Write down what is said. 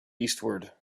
eastward